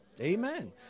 amen